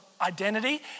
identity